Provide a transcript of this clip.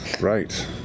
Right